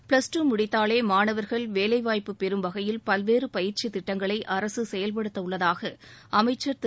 plus two முடித்தாலே மாணவர்கள் வேலைவாய்ப்பு பெறும் வகையில் பல்வேறு பயிற்சித் திட்டங்களை அரசு செயல்படுத்த உள்ளதாக அமைச்சர் திரு